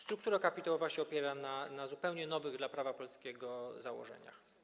Struktura kapitałowa opiera się na zupełnie nowych dla prawa polskiego założeniach.